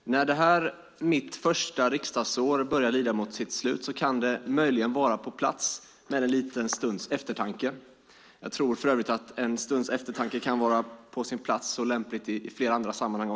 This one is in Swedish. Herr talman! När det här riksdagsåret, mitt första, börjar lida mot sitt slut kan det möjligen vara på plats med en liten stunds eftertanke. Jag tror för övrigt att en stunds eftertanke kan vara på sin plats och lämpligt också i flera andra sammanhang.